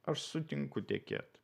aš sutinku tekėt